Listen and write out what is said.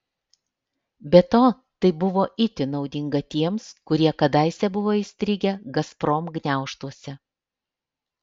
be to tai buvo itin naudinga tiems kurie kadaise buvo įstrigę gazprom gniaužtuose